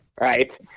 right